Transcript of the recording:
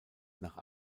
nach